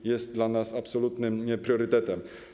To jest dla nas absolutnym priorytetem.